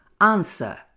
answer